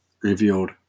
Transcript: revealed